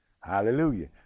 hallelujah